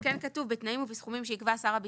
אבל כן כתוב בתנאים ובסכומים שיקבע שר הביטחון.